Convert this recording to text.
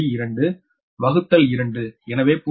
2 வகுத்தல் 2 எனவே 0